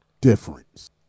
difference